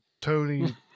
tony